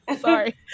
Sorry